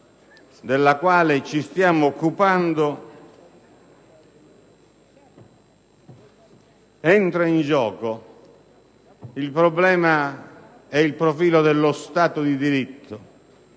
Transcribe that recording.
della quale ci stiamo occupando entra in gioco il problema ed il profilo dello Stato di diritto.